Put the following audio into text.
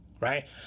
Right